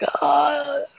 God